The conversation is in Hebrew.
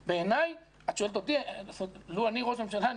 לו אני הייתי ראש הממשלה,